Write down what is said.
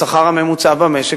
לשכר הממוצע במשק,